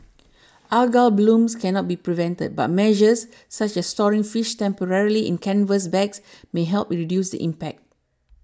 algal blooms cannot be prevented but measures such as storing fish temporarily in canvas bags may help reduce the impact